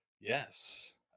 Yes